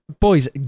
boys